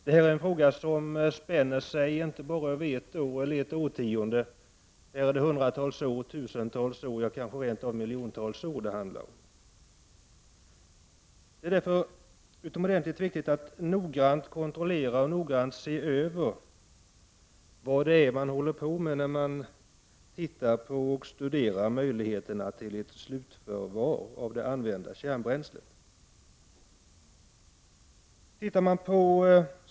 Det här är en fråga som spänner inte bara över ett år eller årtionde utan över hundratals, tusentals, ja, kanske rent av miljontals år. Det är därför utomordentligt viktigt att noggrant kontrollera vad man håller på med när man studerar möjligheterna till ett slutförvar av det använda kärnbränslet.